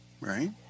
Right